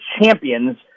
champions